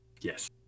Yes